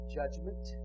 judgment